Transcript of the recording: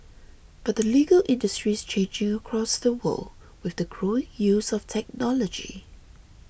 but the legal industry is changing across the world with the growing use of technology